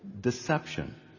deception